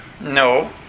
No